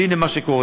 והנה מה שקורה.